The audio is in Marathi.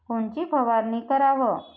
कोनची फवारणी कराव?